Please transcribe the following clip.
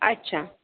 अच्छा